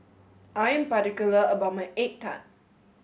I am particular about my egg tart